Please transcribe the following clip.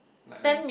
like a